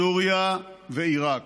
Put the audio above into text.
סוריה ועיראק.